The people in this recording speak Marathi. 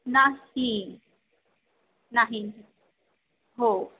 नाही नाही हो